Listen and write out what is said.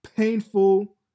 Painful